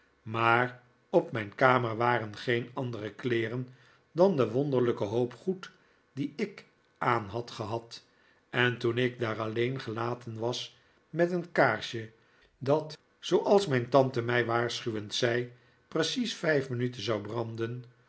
maar op mijn kamer waren geen andere kleeren dan de wonderlijke hoop goed dien ik aan had gehad en toen ik daar alleen gelaten was met een kaarsje dat zooals mijn tante mij waarschuwend zei precies vijf minuten zou branden